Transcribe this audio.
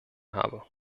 habe